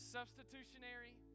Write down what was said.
Substitutionary